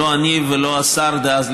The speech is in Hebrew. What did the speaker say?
לא אני ולא השר דאז,